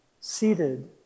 seated